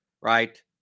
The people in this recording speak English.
right